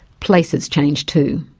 places change too.